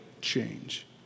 change